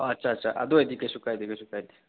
ꯑꯥ ꯑꯠꯆꯥ ꯑꯠꯆꯥ ꯑꯗꯨ ꯑꯣꯏꯔꯗꯤ ꯀꯩꯁꯨ ꯀꯥꯏꯗꯦ ꯀꯩꯁꯨ ꯀꯥꯏꯗꯦ